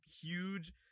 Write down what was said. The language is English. huge